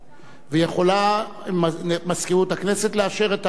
ויכולה מזכירות הכנסת לאשר את ההצמדה.